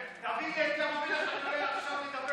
תביא לי את אדמות ים המלח, אדבר,